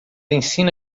ensina